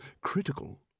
critical